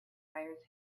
fires